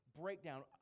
breakdown